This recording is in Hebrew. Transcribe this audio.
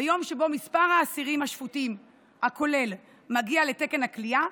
ביום שבו מספר האסירים השפוטים הכולל מגיע לתקן הכליאה,